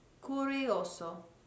curioso